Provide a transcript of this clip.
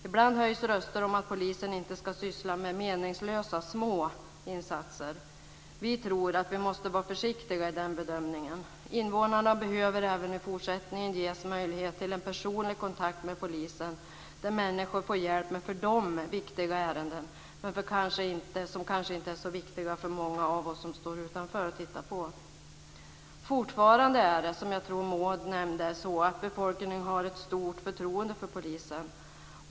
Ibland höjs det röster för att polisen inte ska syssla med små och meningslösa insatser. Jag tror att vi måste vara försiktiga i den bedömningen. Invånarna behöver även i fortsättningen ges möjligheter till en personlig kontakt med polisen där människor får hjälp med för dem viktiga ärenden, även om de kanske inte är så viktiga för många av oss som står utanför och tittar på. Fortfarande är det så, vilket jag tror att Maud Ekendahl nämnde, att befolkningen har ett stort förtroende för polisen.